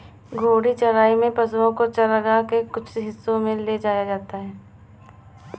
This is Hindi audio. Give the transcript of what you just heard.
घूर्णी चराई में पशुओ को चरगाह के कुछ हिस्सों में ले जाया जाता है